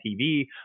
TV